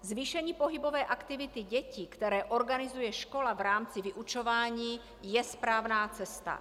Zvýšení pohybové aktivity dětí, které organizuje škola v rámci vyučování, je správná cesta.